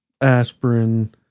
aspirin